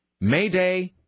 Mayday